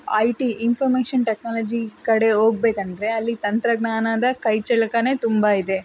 I T information technology ಕಡೆ ಹೋಗ್ಬೇಕಂದ್ರೆ ಅಲ್ಲಿ ತಂತ್ರಜ್ಞಾನದ ಕೈಚಳಕವೇ ತುಂಬ ಇದೆ